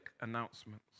announcements